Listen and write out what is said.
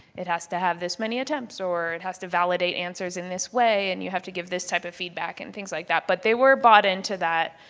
it has to have this many attempts or it has to validate answers in this way and you have to give this type of feedback and things like that. but they were bought into that,